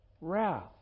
wrath